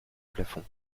plafond